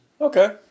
Okay